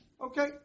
Okay